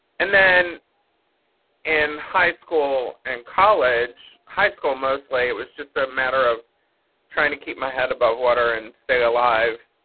and then in high school and college, high school mostly, it was just a matter of trying to keep my head above water and stay alive.